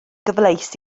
gyfleus